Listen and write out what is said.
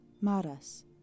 Maras